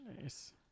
Nice